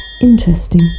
Interesting